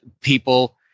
people